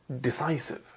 decisive